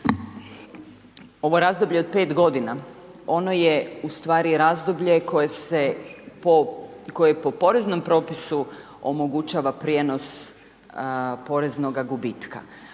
Ovo razdoblje od 5 godina, ono je ustvari razdoblje koje po poreznom propisu omogućava prijenos poreznoga gubitka